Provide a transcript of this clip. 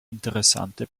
interessante